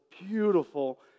beautiful